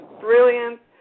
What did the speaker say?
brilliant